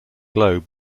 globe